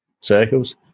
circles